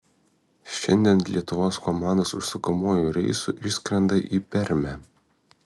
šiandien lietuvos komandos užsakomuoju reisu išskrenda į permę